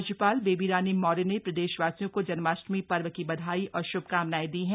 राज्यपाल बेबी रानी मौर्य ने प्रदेशवासियों को जन्माष्टमी पर्व की बधाई और श्भकामनाएं दी हैं